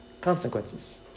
consequences